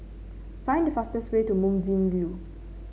find the fastest way to Moonbeam View